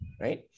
Right